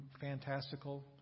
fantastical